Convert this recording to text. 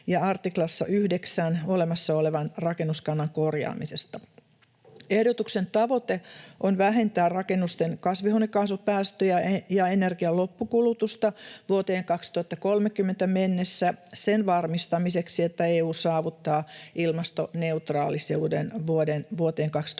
ja artiklassa 9 olemassa olevan rakennuskannan korjaamisesta. Ehdotuksen tavoite on vähentää rakennusten kasvihuonekaasupäästöjä ja energian loppukulutusta vuoteen 2030 mennessä sen varmistamiseksi, että EU saavuttaa ilmastoneutraalisuuden vuoteen 2050